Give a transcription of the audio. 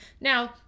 now